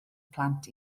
plant